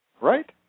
Right